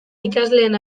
ikasleen